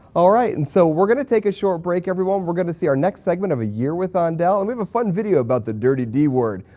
alright, and so we're going to take a short break everyone. we're going to see our next segment of a year with andel. ah and and we have a fun video about the dirty d word.